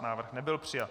Návrh nebyl přijat.